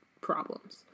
problems